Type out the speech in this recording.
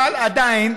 אבל עדיין,